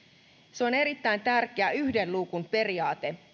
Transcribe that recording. se on erittäin tärkeä yhden luukun periaate